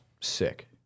sick